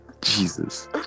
Jesus